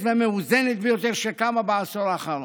והמאוזנת ביותר שקמה בעשור האחרון,